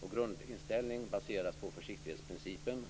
Vår grundinställning baseras på försiktighetsprincipen,